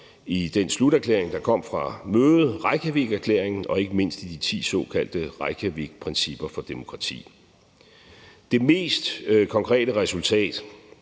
i den sluterklæring, der kom fra mødet, Reykjavikerklæringen, og ikke mindst i de ti såkaldte Reykjavikprincipper for demokrati. Kl. 12:45 Det mest konkrete resultat